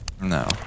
No